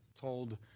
told